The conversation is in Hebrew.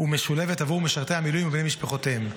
ומשולבת בעבור משרתי המילואים ובני משפחותיהם,